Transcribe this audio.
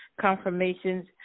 confirmations